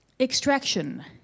Extraction